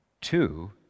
Two